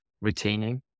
retaining